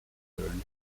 learn